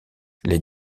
les